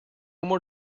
more